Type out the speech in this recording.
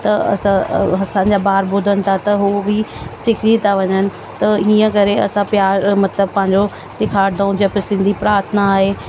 त अस असांजा ॿार ॿुधन था त हू बि सिखी था वञनि त हीअं करे असां प्यार मतिलब पंहिंजो ॾेखारींदा ऐं जीअं पई सिंधी प्रार्थना आहे